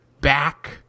back